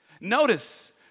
Notice